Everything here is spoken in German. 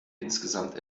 insgesamt